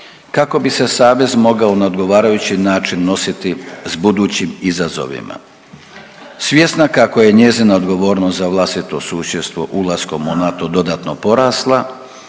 kao bi se savez mogao na odgovarajući način nositi s budućim izazovima. Svjesna kako je njezina odgovornost za vlastito suučestvo u NATO dodatno porasla